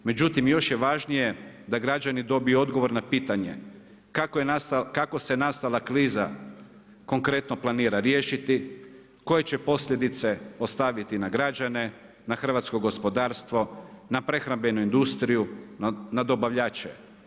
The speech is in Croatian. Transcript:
Međutim, još je važnije da građani dobiju odgovor na pitanje kako se nastala kriza konkretno planira riješiti, koje će posljedice ostaviti na građane, na hrvatsko gospodarstvo, na prehrambenu industriju, na dobavljače.